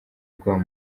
bwabo